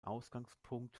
ausgangspunkt